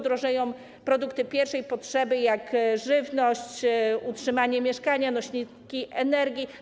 Drożeją produkty pierwszej potrzeby, takie jak żywność, utrzymanie mieszkania, nośniki energii.